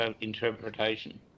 interpretation